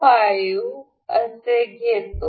5 असे घेतो